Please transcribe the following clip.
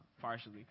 partially